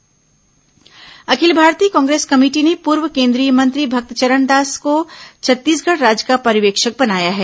भक्त चरणदास पर्यवेक्षक अखिल भारतीय कांग्रेस कमेटी ने पूर्व केंद्रीय मंत्री भक्त चरणदास को छत्तीसगढ़ राज्य का पर्यवेक्षक बनाया है